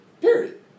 Period